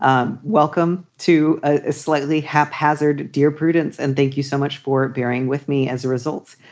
um welcome to a slightly haphazard. dear prudence, and thank you so much for bearing with me. as a result.